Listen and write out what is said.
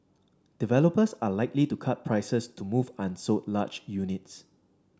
developers are likely to cut prices to move unsold large units